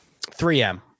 3M